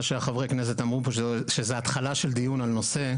מה שחבריי הכנסת אמרו פה שזו התחלה של דיון על נושא,